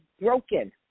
broken